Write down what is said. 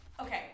okay